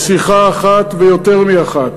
בשיחה אחת ויותר מאחת: